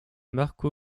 marco